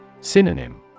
Synonym